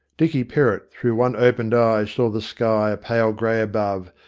dicky perrott through one opened eye saw the sky a pale grey above,